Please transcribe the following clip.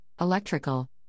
electrical